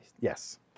Yes